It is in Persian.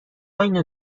اینو